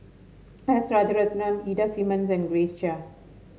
S Rajaratnam Ida Simmons and Grace Chia